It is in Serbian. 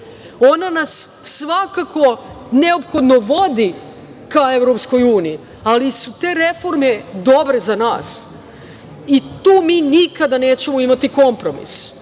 nas svakako neophodno vodi ka EU, ali su te reforme dobre za nas i tu mi nikada nećemo imati kompromis.